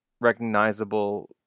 recognizable